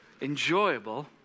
enjoyable